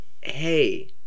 hey